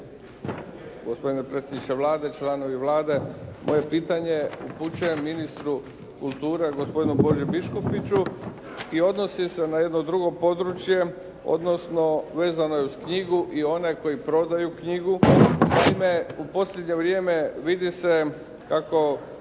Gospodine predsjedniče Vlade, članovi Vlade moje pitanje upućujem ministru kulture gospodinu Boži Biškupiću i odnosi se na jedno drugo područje odnosno vezano je uz knjigu i one koji prodaju knjigu. Naime u posljednje vrijeme vidi se kako